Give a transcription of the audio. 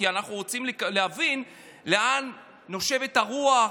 כי אנחנו רוצים להבין לאן נושבת הרוח,